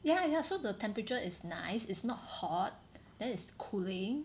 ya ya so the temperature is nice it's not hot then is cooling